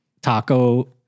taco